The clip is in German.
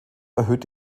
erhöht